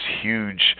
huge